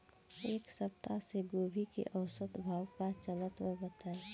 एक सप्ताह से गोभी के औसत भाव का चलत बा बताई?